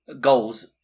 goals